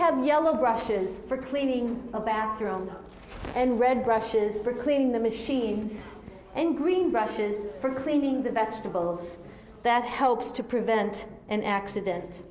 have yellow brushes for cleaning about their own and red brushes for cleaning the machine and green brushes for cleaning the vegetables that helps to prevent an accident